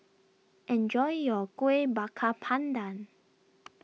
enjoy your Kueh Bakar Pandan